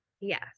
yes